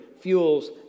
fuels